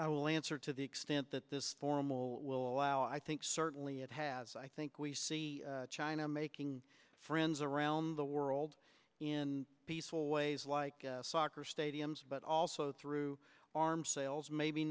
you will answer to the extent that this formal will allow i think certainly it has i think we see china making friends around the world in peaceful ways like soccer stadiums but also through arms sales maybe